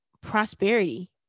prosperity